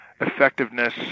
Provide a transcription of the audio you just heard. effectiveness